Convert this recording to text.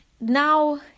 Now